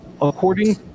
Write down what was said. according